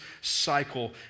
cycle